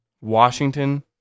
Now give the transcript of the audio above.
Washington